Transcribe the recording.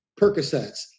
Percocets